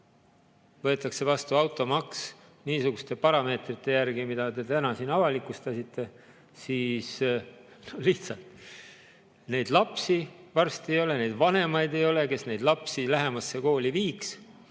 võetakse vastu automaks niisuguste parameetrite järgi, mis te täna avalikustasite, siis lihtsalt neid lapsi varsti ei ole, neid vanemaid ei ole, kes neid lapsi lähemasse kooli viiks,